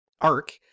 arc